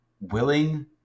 willing